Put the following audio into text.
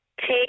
take